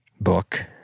book